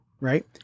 right